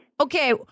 Okay